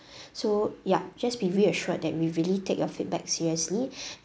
so ya just be reassured that we really take your feedback seriously